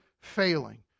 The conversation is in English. failing